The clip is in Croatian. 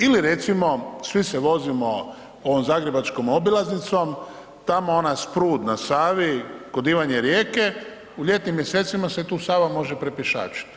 Ili recimo, svi se vozimo ovom zagrebačkom obilaznicom, tamo onaj sprud na Savi kod Ivanje Rijeke, u ljetnim mjesecima se tu Sava može propješačiti.